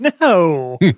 No